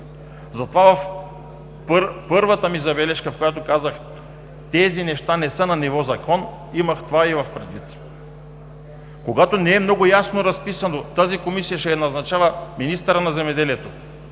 Затова в първата ми бележка, в която казах, че тези неща не са на ниво закон, това имах предвид. Когато не е много ясно разписано тази Комисия ще я назначава министърът на земеделието